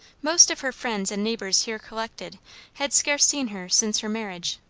most of her friends and neighbours here collected had scarce seen her since her marriage,